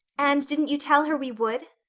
and didn't you tell her we would?